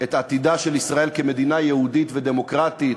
את עתידה של ישראל כמדינה יהודית ודמוקרטית,